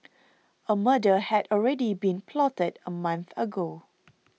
a murder had already been plotted a month ago